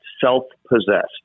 self-possessed